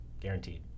Guaranteed